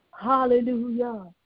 Hallelujah